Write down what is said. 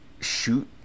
shoot